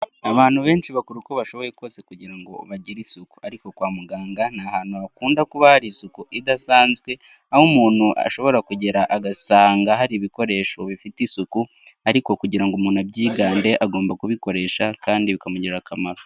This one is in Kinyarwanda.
Abantu benshi bakora uko bashoboye kose kugira ngo bagire isuku, ariko kwa muganga ni ahantu hakunda kuba hari isuku idasanzwe, aho umuntu ashobora kugera agasanga hari ibikoresho bifite isuku, ariko kugira ngo umuntu abyigane agomba kubikoresha kandi bikamugirira akamaro.